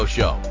Show